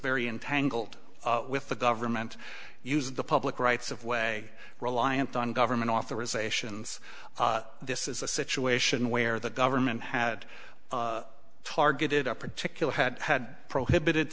very in tangled with the government uses the public rights of way reliant on government authorizations this is a situation where the government had targeted a particular had had prohibited